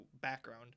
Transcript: background